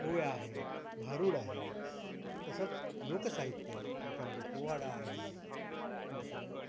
ओव्या आहेत भारुड आहे तसंच लोक साहित्य आहे ज्याच्यामध्ये पोवाडा आहे नंतर